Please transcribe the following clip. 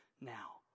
now